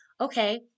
okay